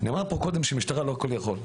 נאמר פה קודם שהמשטרה לא כל יכול,